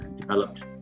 developed